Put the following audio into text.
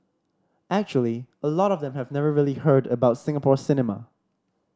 actually a lot of them have never really heard about Singapore cinema